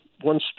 one